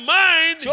mind